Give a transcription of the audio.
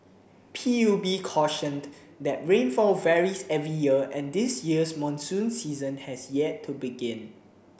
P U B cautioned that rainfall varies every year and this year's monsoon season has yet to begin